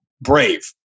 brave